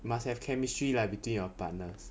must have chemistry like between your partners